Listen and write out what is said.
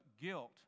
guilt